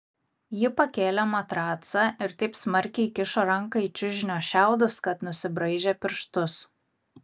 ji pakėlė matracą ir taip smarkiai įkišo ranką į čiužinio šiaudus kad nusibraižė pirštus